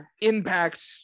impact